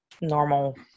normal